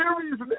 series